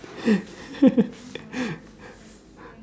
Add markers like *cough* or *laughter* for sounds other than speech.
*laughs*